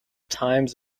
times